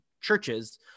churches